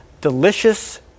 delicious